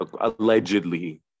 allegedly